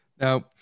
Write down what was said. Now